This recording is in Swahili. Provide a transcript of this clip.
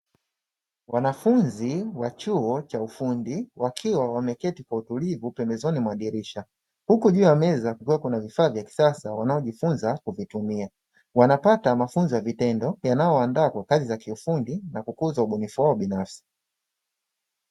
Wanafunzi wa chuo cha ufundi wakiwa wameketi kwa utulivu pembezoni mwa dirisha, huku juu ya meza kukiwa kuna vifaa vya kisasa wanaojifunza kuvitumia. Wanapata mafunzo ya vitendo yanayowaandaa kwa kazi za kiufundi na kukuza ubunifu wao binafsi.